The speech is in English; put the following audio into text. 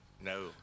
No